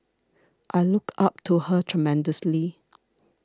I look up to her tremendously